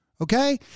okay